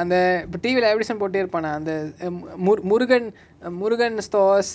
அந்த இப்ப:antha ippa T_V lah advertisement போட்டே இருப்பானே அந்த:poatte irupaane antha um mur~ murugan ah murugan stores